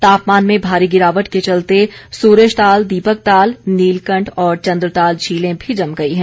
तापमान में भारी गिरावट के चलते सूरजताल दीपकताल नीलकण्ठ और चन्द्रताल झीलें भी जम गई हैं